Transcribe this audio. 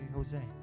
Jose